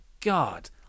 god